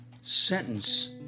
sentence